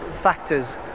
factors